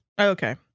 okay